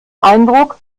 eindruck